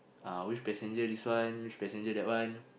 uh which passenger this one which passenger that one